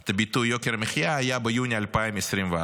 את הביטוי "יוקר המחיה" היה ביוני 2024,